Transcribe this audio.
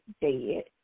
dead